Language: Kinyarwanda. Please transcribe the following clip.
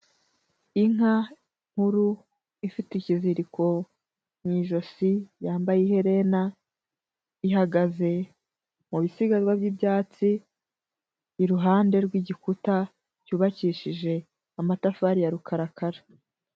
Inka nkuru, ifite ikiziriko, mu ijosi yambaye iherena, ihagaze mu bisigazwa by'ibyatsi. Iruhande rw'igikuta, cyubakishije amatafari ya rukarakara.